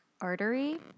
artery